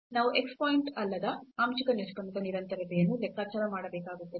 ನಾವು 0 ಪಾಯಿಂಟ್ ಅಲ್ಲದ ಆಂಶಿಕ ನಿಷ್ಪನ್ನದ ನಿರಂತರತೆಯನ್ನು ಲೆಕ್ಕಾಚಾರ ಮಾಡಬೇಕಾಗುತ್ತದೆ